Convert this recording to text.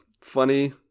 funny